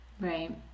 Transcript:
Right